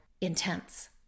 intense